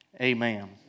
Amen